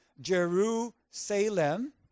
Jerusalem